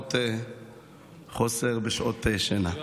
למרות חוסר בשעות שינה.